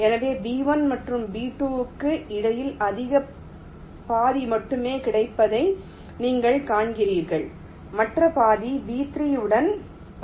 எனவே B 1 மற்றும் B 2 க்கு இடையில் அதில் பாதி மட்டுமே கிடைப்பதை நீங்கள் காண்கிறீர்கள் மற்ற பாதி B 3 உடன் பகிரப்படுகிறது